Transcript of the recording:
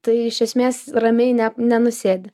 tai iš esmės ramiai ne nenusėdi